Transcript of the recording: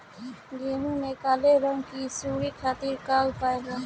गेहूँ में काले रंग की सूड़ी खातिर का उपाय बा?